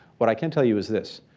what i can tell you is this.